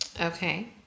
Okay